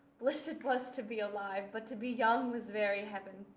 bliss it was to be alive, but to be young was very heaven.